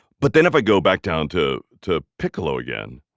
but then if i go back down to to piccolo again,